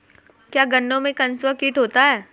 क्या गन्नों में कंसुआ कीट होता है?